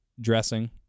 dressing